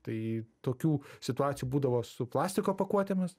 tai tokių situacijų būdavo su plastiko pakuotėmis